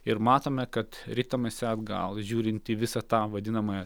ir matome kad ritamasi atgal žiūrint visą tą vadinamąją